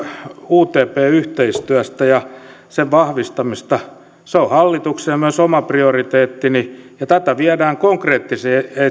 utp yhteistyöstä ja sen vahvistamisesta se on hallituksen prioriteetti ja myös oma prioriteettini ja tätä viedään konkreettisesti